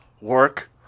work